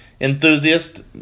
enthusiast